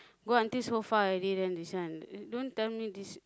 go until go far already then this one don't tell me this